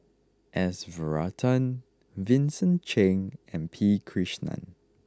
S Varathan Vincent Cheng and P Krishnan